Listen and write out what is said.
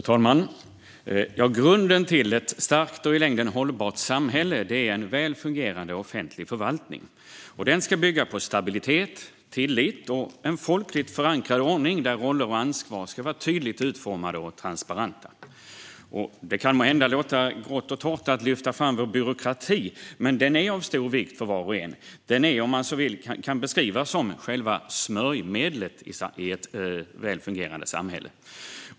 Fru talman! Grunden till ett starkt och i längden hållbart samhälle är en väl fungerande offentlig förvaltning. Den ska bygga på stabilitet, tillit och en folkligt förankrad ordning där roller och ansvar ska vara tydligt utformade och transparenta. Det kan låta grått och torrt att lyfta fram vår byråkrati, men den är av stor vikt för var och en. Den kan, om man så vill, beskrivas som själva smörjmedlet i ett väl fungerande samhälle.